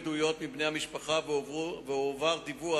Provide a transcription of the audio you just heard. מקרים אלו אינם בודדים וכבר אירעו מקרים דומים בעבר.